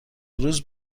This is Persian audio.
روز